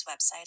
website